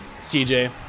CJ